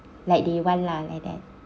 like the while lah at at